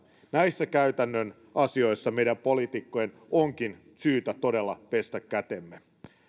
näissä käytännön asioissa meidän poliitikkojen onkin todella syytä pestä kätemme